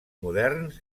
moderns